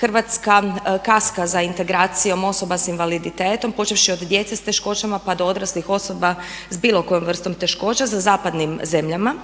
Hrvatska kaska za integracijom osoba s invaliditetom počevši od djece s teškoćama pa do odraslih osoba s bilo kojom vrstom teškoća za zapadnim zemljama,